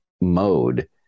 mode